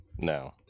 no